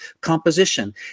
composition